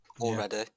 already